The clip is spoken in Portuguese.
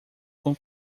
com